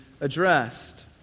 addressed